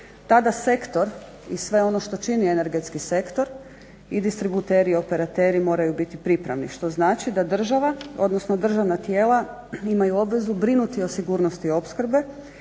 Tada sektor i sve ono što čini energetski sektor i distributeri i operateri moraju biti pripravni što znači da država, odnosno državna tijela imaju obvezu brinuti o sigurnosti opskrbe